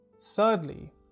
Thirdly